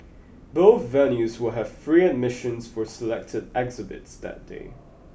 both venues will have free admissions for selected exhibits that day